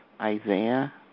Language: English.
Isaiah